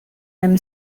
them